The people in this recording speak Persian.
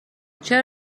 چرا